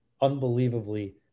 unbelievably